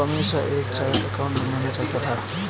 वह हमेशा से एक चार्टर्ड एकाउंटेंट बनना चाहता था